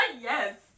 yes